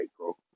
April